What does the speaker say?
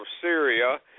Syria